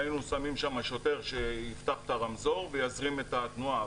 היינו שמים שם שוטר שיפתח את הרמזור ויזרים את התנועה,